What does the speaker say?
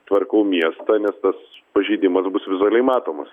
tvarkau miestą nes tas pažeidimas bus vizualiai matomas